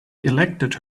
elected